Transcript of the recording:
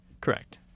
Correct